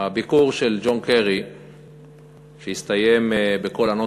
הביקור של ג'ון קרי הסתיים בקול ענות